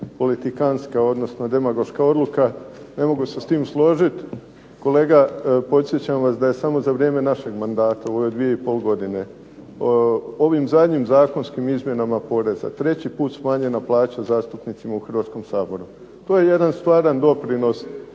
politikantska, odnosno demagoška odluka. Ne mogu se s tim složiti. Kolega podsjećam vas da je samo za vrijeme našeg mandata u ove dvije i pol godine ovim zadnjim zakonskim izmjenama poreza treći put smanjena plaća zastupnicima u Hrvatskom saboru. To je jedan skladan doprinos